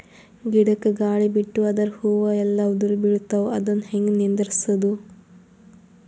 ಗಿಡಕ, ಗಾಳಿ ಬಿಟ್ಟು ಅದರ ಹೂವ ಎಲ್ಲಾ ಉದುರಿಬೀಳತಾವ, ಅದನ್ ಹೆಂಗ ನಿಂದರಸದು?